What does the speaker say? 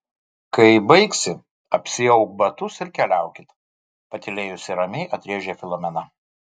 kai baigsi apsiauk batus ir keliaukit patylėjusi ramiai atrėžė filomena